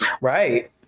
Right